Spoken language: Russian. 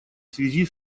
связи